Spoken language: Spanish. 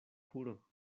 juro